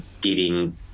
giving